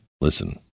Listen